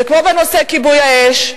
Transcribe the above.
וכמו בנושא כיבוי האש,